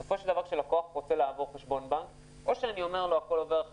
אם לקוח רוצה לעבור בנק ואני אומר לו שזה